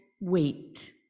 wait